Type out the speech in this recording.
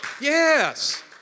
Yes